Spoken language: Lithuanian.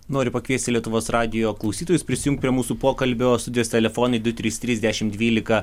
noriu pakviesti lietuvos radijo klausytojus prisijungt prie mūsų pokalbio studijos telefonai du trys trys dešim dvylika